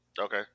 Okay